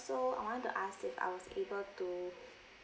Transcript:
so I want to ask if I was able to